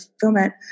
fulfillment